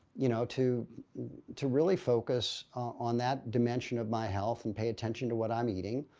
you know, to to really focus on that dimension of my health and pay attention to what i'm eating.